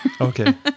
okay